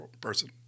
person